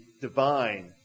divine